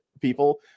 people